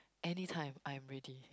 anytime I'm ready